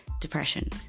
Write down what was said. depression